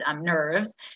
nerves